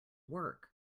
work